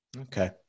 Okay